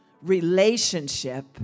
relationship